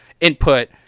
input